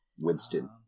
Winston